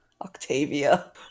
Octavia